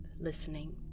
listening